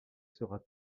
sera